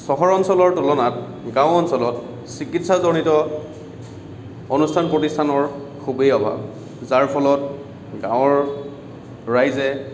চহৰ অঞ্চলৰ তুলনাত গাঁও অঞ্চলত চিকিৎসাজনিত অনুষ্ঠান প্ৰতিষ্ঠানৰ খুবেই অভাৱ যাৰ ফলত গাঁৱৰ ৰাইজে